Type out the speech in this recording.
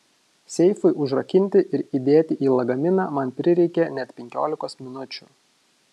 seifui užrakinti ir įdėti į lagaminą man prireikė net penkiolikos minučių